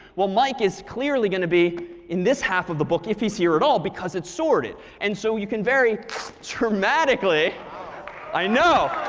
well, mike is clearly going to be in this half of the book if he's here at all because it's sorted. and so you can very dramatically i know.